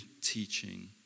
teaching